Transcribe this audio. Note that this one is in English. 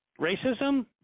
Racism